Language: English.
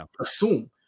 assume